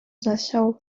zasiał